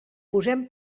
posem